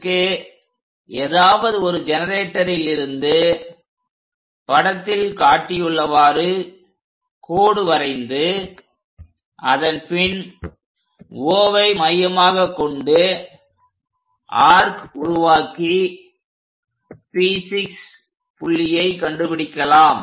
P6க்கு ஏதாவது ஒரு ஜெனரேட்டரிலிருந்து படத்தில் காட்டியுள்ளவாறு கோடு வரைந்து அதன்பின் Oவை மையமாக கொண்டு ஆர்க் உருவாக்கி P6 புள்ளியை கண்டுபிடிக்கலாம்